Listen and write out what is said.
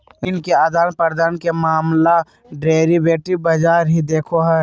ऋण के आदान प्रदान के मामला डेरिवेटिव बाजार ही देखो हय